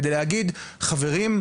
כדי להגיד - חברים,